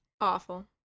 Awful